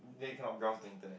then can not browse the internet